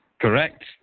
Correct